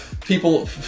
people